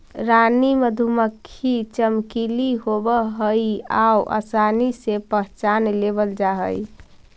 रानी मधुमक्खी चमकीली होब हई आउ आसानी से पहचान लेबल जा हई